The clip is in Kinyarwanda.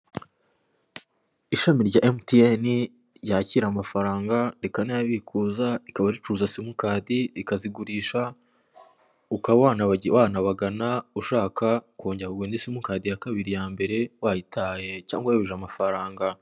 Ishami rya emutiyeni ryakira amafaranga rikanayabikuza, rikaba ricuruza simukadi, rikazigurisha, ukaba wanabagana ushaka kongera kugura indi simukadi ya kabiri, iyambere wayitaye cyangwa wayobeje amafaranga.